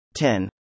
10